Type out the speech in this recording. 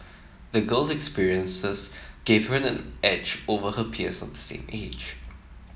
the girl's experiences gave her an edge over her peers of the same age